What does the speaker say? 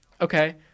Okay